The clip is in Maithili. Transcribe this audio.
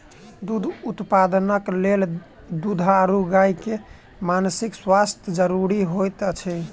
दूध उत्पादनक लेल दुधारू गाय के मानसिक स्वास्थ्य ज़रूरी होइत अछि